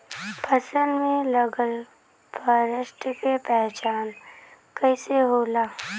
फसल में लगल फारेस्ट के पहचान कइसे होला?